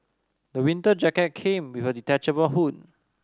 my winter jacket came with a detachable hood